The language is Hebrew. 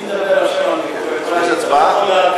יש הצבעה?